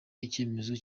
icyemezo